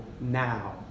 now